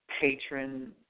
patron